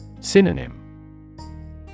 Synonym